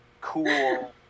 cool